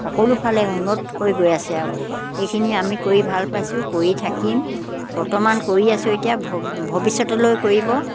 সকলো ফালে উন্নত হৈ গৈ আছে আৰু এইখিনি আমি কৰি ভাল পাইছোঁ কৰি থাকিম বৰ্তমান কৰি আছোঁ এতিয়া ভ ভৱিষ্যতলৈ কৰিব